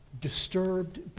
disturbed